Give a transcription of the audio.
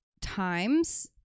times